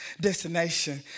destination